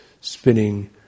spinning